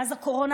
מאז הקורונה.